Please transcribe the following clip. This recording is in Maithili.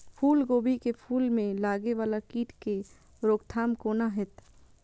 फुल गोभी के फुल में लागे वाला कीट के रोकथाम कौना हैत?